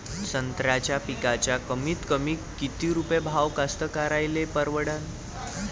संत्र्याचा पिकाचा कमीतकमी किती रुपये भाव कास्तकाराइले परवडन?